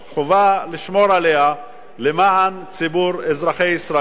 חובה לשמור עליה למען ציבור אזרחי ישראל.